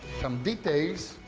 some details.